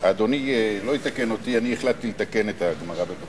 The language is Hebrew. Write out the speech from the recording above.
אדוני לא יתקן אותי, אני החלטתי לתקן את הגמרא.